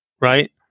right